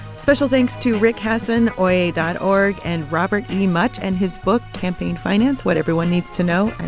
special thanks to rick hasen, oyez dot org and robert e. mutch and his book campaign finance what everyone needs to know.